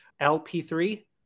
LP3